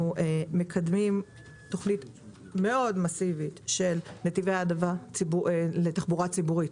אנחנו מקדמים תוכנית מסיבית מאוד של נתיבי העדפה לתחבורה ציבורית.